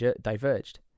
diverged